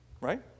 Right